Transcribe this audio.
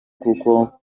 kuko